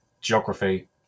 geography